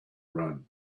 run